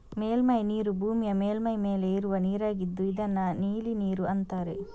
ಮೇಲ್ಮೈ ನೀರು ಭೂಮಿಯ ಮೇಲ್ಮೈ ಮೇಲೆ ಇರುವ ನೀರಾಗಿದ್ದು ಇದನ್ನ ನೀಲಿ ನೀರು ಅಂತಾರೆ